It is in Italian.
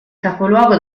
capoluogo